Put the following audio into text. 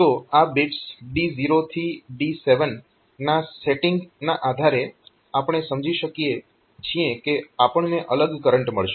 તો આ bits D0 થી D7 ના સેટીંગ ના આધારે આપણે સમજી શકીએ છીએ કે આપણને અલગ કરંટ મળશે